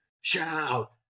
shout